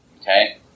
Okay